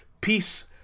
Peace